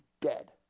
dead